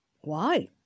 Why